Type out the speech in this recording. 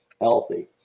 healthy